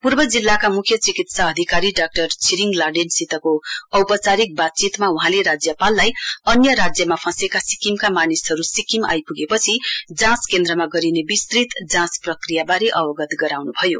पूर्व जिल्लाका मुख्य चिकित्सा अधिकारी डाक्टर छिरिङ लाडेनसितको औपचारिक बातचीतमा वहाँले राज्यपाललाई अन्य राज्यमा फँसेका सिक्किमका मानिसहरू सिक्किम आइपुगेपछि जाँच केन्द्रमा गरिने विस्तृत जाँच प्रक्रियाबारे अवगत गराउनु भयो